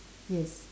yes